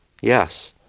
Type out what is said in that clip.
yes